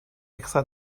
extra